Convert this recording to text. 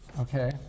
Okay